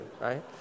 right